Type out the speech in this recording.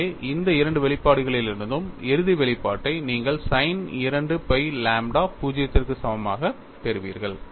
எனவே இந்த இரண்டு வெளிப்பாடுகளிலிருந்தும் இறுதி வெளிப்பாட்டை நீங்கள் sin 2 phi லாம்ப்டா 0 க்கு சமமாகப் பெறுவீர்கள்